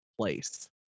place